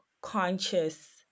conscious